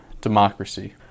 Democracy